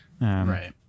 Right